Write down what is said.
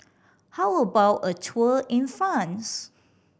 how about a tour in France